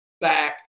back